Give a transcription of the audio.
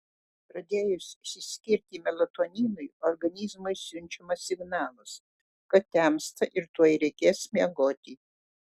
pradėjus išsiskirti melatoninui organizmui siunčiamas signalas kad temsta ir tuoj reikės miegoti